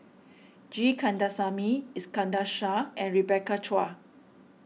G Kandasamy Iskandar Shah and Rebecca Chua